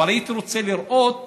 אבל הייתי רוצה לראות